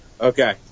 Okay